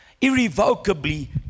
irrevocably